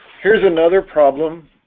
here's another problem